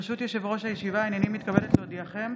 ברשות יושב-ראש הישיבה, הינני מתכבדת להודיעכם,